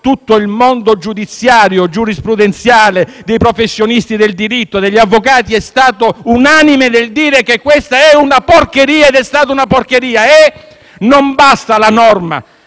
tutto il mondo giudiziario, giurisprudenziale, dei professionisti del diritto e degli avvocati è stato unanime nel dire che questa è ed è stata una porcheria! E non basta la norma